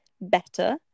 better